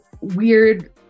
weird